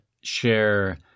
share